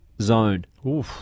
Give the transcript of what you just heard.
zone